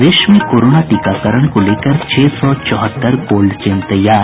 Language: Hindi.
प्रदेश में कोरोना टीकाकरण को लेकर छह सौ चौहत्तर कोल्ड चेन तैयार